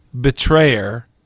betrayer